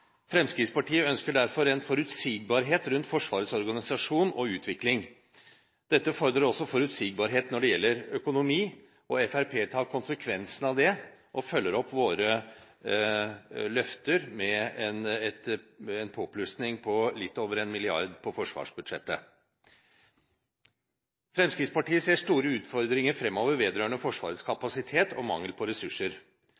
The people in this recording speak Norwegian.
Fremskrittspartiet ønsker derfor en forutsigbarhet rundt Forsvarets organisasjon og utvikling. Dette fordrer også forutsigbarhet når det gjelder økonomi. Fremskrittspartiet tar konsekvensen av det og følger opp sine løfter med en påplussing på litt over 1 mrd. kr på forsvarsbudsjettet. Fremskrittspartiet ser store utfordringer fremover vedrørende Forsvarets